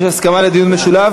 יש הסכמה על דיון משולב?